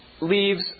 leaves